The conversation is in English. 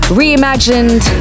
reimagined